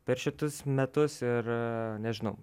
per šitus metus ir nežinau